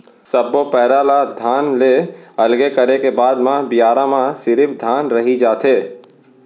सब्बो पैरा ल धान ले अलगे करे के बाद म बियारा म सिरिफ धान रहि जाथे